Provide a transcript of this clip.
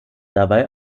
dabei